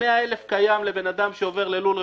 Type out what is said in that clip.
100,000 קיים לבן אדם שעובר ללול רפורמה,